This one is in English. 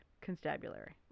Constabulary